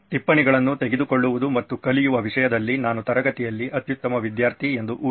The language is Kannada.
ಟಿಪ್ಪಣಿಗಳನ್ನು ತೆಗೆದುಕೊಳ್ಳುವುದು ಮತ್ತು ಕಲಿಯುವ ವಿಷಯದಲ್ಲಿ ನಾನು ತರಗತಿಯಲ್ಲಿ ಅತ್ಯುತ್ತಮ ವಿದ್ಯಾರ್ಥಿ ಎಂದು ಊಹಿಸಿ